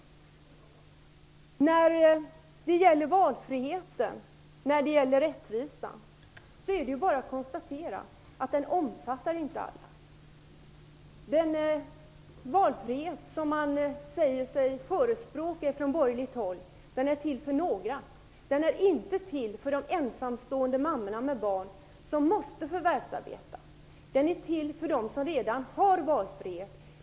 När det gäller valfriheten och rättvisan är det bara att konstatera att den inte omfattar alla. Den valfrihet man från borgerligt håll säger sig förespråka, den är till för några. Den är inte till för de ensamstående mammorna med barn som måste förvärvsarbeta. Den är till för dem som redan har valfrihet.